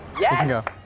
Yes